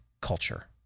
culture